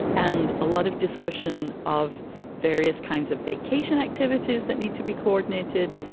and a lot of discussion of various kinds of vacation activities that need to be coordinated.